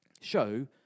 Show